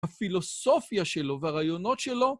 הפילוסופיה שלו והרעיונות שלו.